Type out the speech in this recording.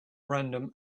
random